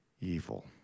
evil